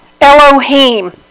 Elohim